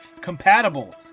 compatible